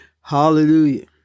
Hallelujah